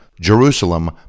Jerusalem